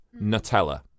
nutella